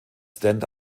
stand